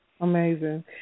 Amazing